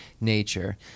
nature